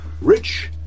rich